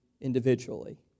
individually